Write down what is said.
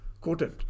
quoted